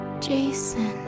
Jason